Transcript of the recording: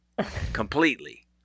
completely